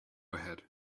ahead